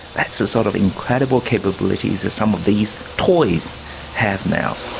that's the sort of incredible capabilities that some of these toys have now.